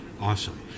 Awesome